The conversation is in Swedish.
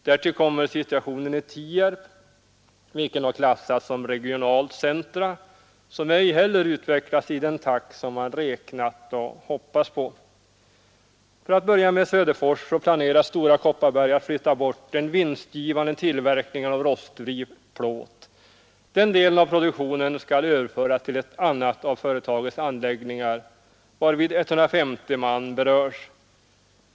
Därtill kommer situationen i Tierp, som klassats som regionalt centrum men som ej utvecklats i den takt man räknat med och hoppats på. För att börja med Söderfors planerar Stora Kopparberg att flytta bort den vinstgivande tillverkningen av rostfri plåt. Den delen av produktionen skall överföras till en annan av företagets anläggningar, varvid 150 man berörs.